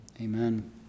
amen